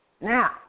Now